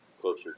closer